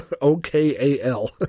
O-K-A-L